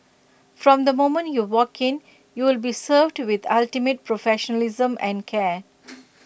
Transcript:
from the moment you walk in you would be served with ultimate professionalism and care